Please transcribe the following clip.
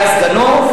היה סגנו,